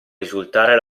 risultare